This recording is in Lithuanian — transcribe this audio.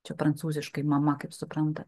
čia prancūziškai mama kaip supranta